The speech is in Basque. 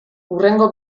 hurrengo